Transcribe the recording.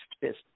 business